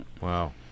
Wow